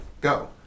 go